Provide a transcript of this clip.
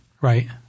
Right